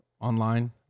online